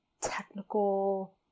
technical